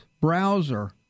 browser